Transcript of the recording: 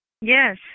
Yes